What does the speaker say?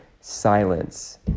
silence